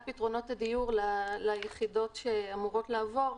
פתרונות הדיור ליחידות שאמורות לעבור,